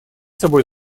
собой